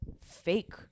fake